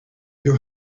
your